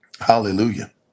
Hallelujah